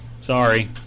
Sorry